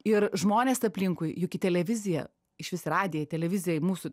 ir žmonės aplinkui juk į televiziją išvis į radiją į televiziją į mūsų